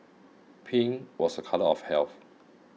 pink was a colour of health